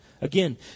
Again